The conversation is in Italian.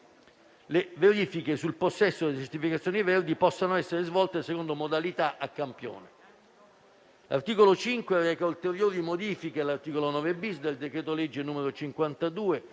le verifiche sul possesso delle certificazioni verdi possano essere svolte secondo modalità a campione.